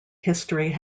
history